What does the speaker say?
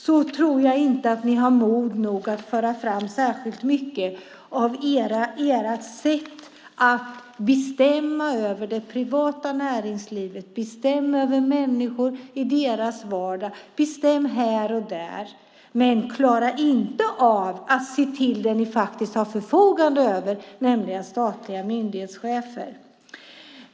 Jag tror inte att ni har mod nog att föra fram särskilt mycket av era sätt att vilja bestämma över det privata näringslivet, över människor i deras vardag, bestämma här och där. Men ni klarar inte av det ni faktiskt förfogar över, nämligen statliga myndighetschefer.